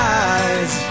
eyes